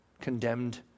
condemned